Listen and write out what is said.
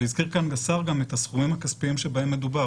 והזכיר כאן השר גם את הסכומים הכספיים שבהם מדובר.